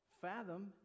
fathom